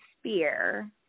spear